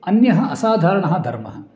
अन्यः असाधारणः धर्मः